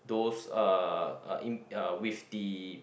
those uh in uh with the